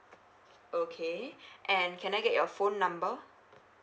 okay and can I get your phone number